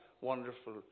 wonderful